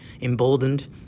emboldened